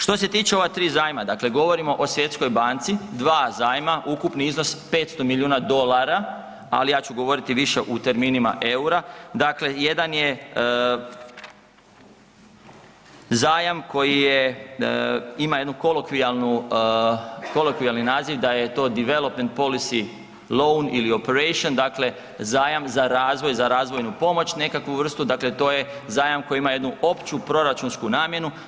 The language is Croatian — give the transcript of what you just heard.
Što se tiče ova tri zajma, dakle govorimo o Svjetskoj banci, dva zajma ukupni iznos 500 milijuna dolara, ali ja ću govoriti više u terminima eura, dakle jedan je zajam koji ima jedan kolokvijalan naziv da je to Development Policy Loan ili operation, dakle zajam za razvoj, za razvojnu pomoć nekakvu vrstu, dakle to je zajam koji ima jednu opću proračunsku namjenu.